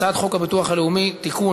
הצעת חוק הביטוח הלאומי (תיקון,